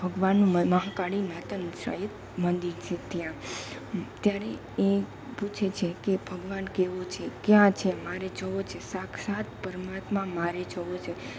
ભગવાન મહાકાળી માતાનું સાયદ મંદિર છે ત્યાં ત્યારે એ પૂછે છે કે ભગવાન કેવો છે ક્યાં છે મારે જોવો છે સાક્ષાત પરમાત્મા મારે જોવો છે